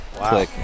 Wow